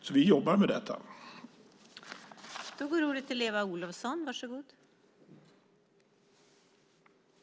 Vi jobbar alltså med dessa frågor.